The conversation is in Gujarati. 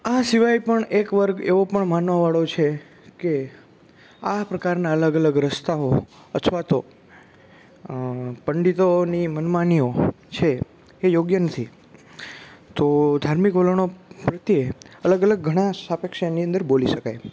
આ સિવાય પણ એક વર્ગ એવો પણ માનવાવાળો છે કે આ પ્રકારના અલગ અલગ રસ્તાઓ અથવા તો પંડિતોની મનમાનીઓ છે એ યોગ્ય નથી તો ધાર્મિક વલણો પ્રત્યે અલગ અલગ ઘણા સાપેક્ષ એની અંદર બોલી શકાય